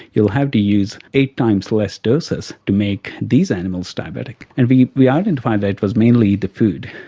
you'll have to use eight times less doses to make these animals diabetic. and we we identified that was mainly the food.